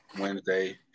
Wednesday